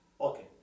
Okay